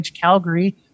Calgary